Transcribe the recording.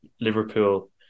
Liverpool